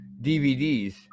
DVDs